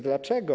Dlaczego?